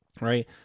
Right